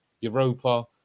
Europa